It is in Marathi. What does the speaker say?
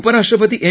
उपराष्ट्रपती एम